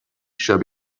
should